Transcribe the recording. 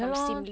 ya lor